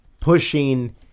pushing